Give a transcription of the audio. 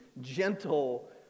gentle